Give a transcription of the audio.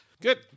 Good